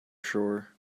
shore